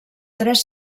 tres